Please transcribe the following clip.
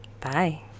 Bye